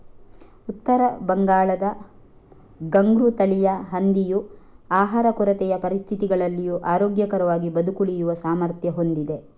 ಉತ್ತರ ಬಂಗಾಳದ ಘುಂಗ್ರು ತಳಿಯ ಹಂದಿಯು ಆಹಾರ ಕೊರತೆಯ ಪರಿಸ್ಥಿತಿಗಳಲ್ಲಿಯೂ ಆರೋಗ್ಯಕರವಾಗಿ ಬದುಕುಳಿಯುವ ಸಾಮರ್ಥ್ಯ ಹೊಂದಿದೆ